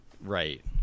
Right